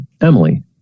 Emily